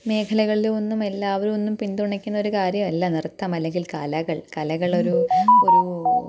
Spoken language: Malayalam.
മേഖലകളിലുവൊന്നും എല്ലാവരും ഒന്നും പിന്തുണയ്ക്കുന്ന ഒരു കാര്യമല്ല നൃത്തം അല്ലെങ്കില് കലകള് കലകളൊരു ഒരു